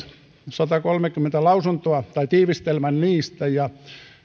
satakolmekymmentä lausuntoa tai tiivistelmän niistä ja